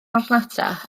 marchnata